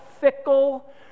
fickle